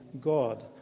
God